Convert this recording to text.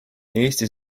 eesti